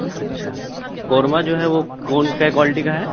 اچھا قورمہ جو ہے وہ کون کے کوالٹی کا ہے